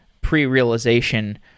pre-realization